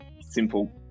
simple